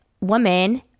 woman